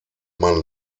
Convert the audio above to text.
man